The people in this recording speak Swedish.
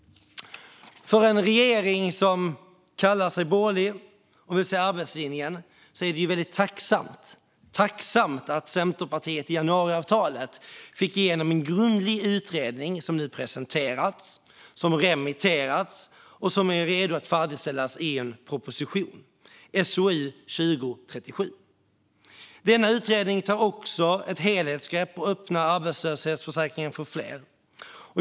För en regering som kallar sig för borgerlig och vill se arbetslinjen är det väldigt tacksamt att Centerpartiet i januariavtalet fick igenom en grundlig utredning som nu presenterats, som remitterats och som är redo att färdigställas till en proposition - SOU 2020:37. Denna utredning tar också ett helhetsgrepp och öppnar arbetslöshetsförsäkringen för fler.